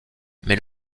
mais